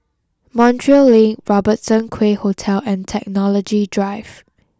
Montreal Link Robertson Quay Hotel and Technology Drive